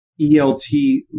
ELT